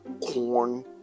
Corn